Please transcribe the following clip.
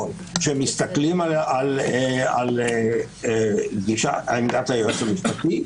כשמסתכלים על עמדת היועץ המשפטי,